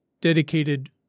dedicated